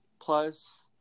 Plus